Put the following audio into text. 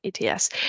ETS